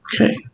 Okay